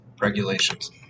Regulations